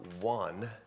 one